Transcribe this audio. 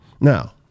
Now